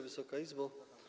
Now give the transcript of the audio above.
Wysoka Izbo!